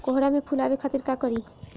कोहड़ा में फुल आवे खातिर का करी?